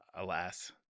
alas